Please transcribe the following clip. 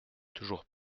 toujours